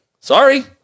sorry